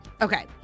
Okay